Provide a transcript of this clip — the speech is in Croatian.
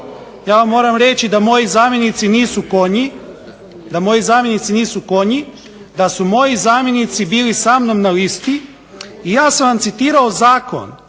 nisu konji, da moji zamjenici nisu konji, da su moji zamjenici bili sa mnom na listi i ja sam vam citirao zakon